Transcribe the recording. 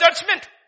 judgment